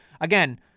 Again